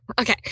okay